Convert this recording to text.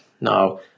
Now